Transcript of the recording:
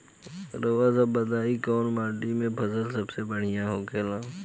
रउआ सभ बताई कवने माटी में फसले सबसे बढ़ियां होखेला?